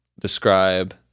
describe